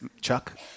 Chuck